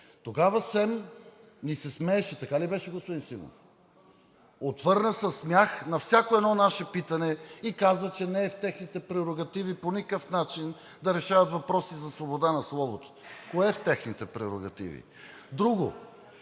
тогава СЕМ ни се смееше. Така ли беше, господин Симов? Отвърна със смях на всяко едно наше питане и каза, че не е в техните прерогативи по никакъв начин да решават въпроси за свободата на словото. Кое е в техните прерогативи? Друго,